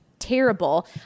terrible